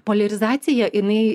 poliarizacija jinai